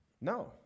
No